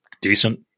decent